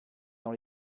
dans